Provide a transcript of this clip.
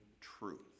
truth